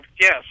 Yes